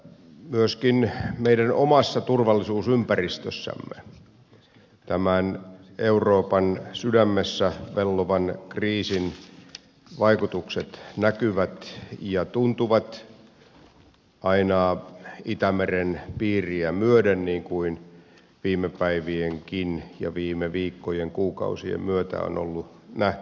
myöskin meidän omassa turvallisuusympäristössämme tämän euroopan sydämessä vellovan kriisin vaikutukset näkyvät ja tuntuvat aina itämeren piiriä myöten niin kuin viime päivienkin ja viime viikkojen kuukausien myötä on ollut nähtävissä